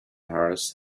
hers